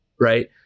right